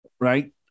right